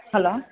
hello